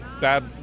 bad